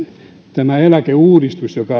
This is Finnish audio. tämä eläkeuudistus